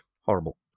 Horrible